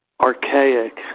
archaic